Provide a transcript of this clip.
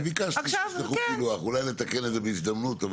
אני ביקשתי שישלחו פילוח אולי נתקן את זה בהזדמנות.